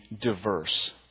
diverse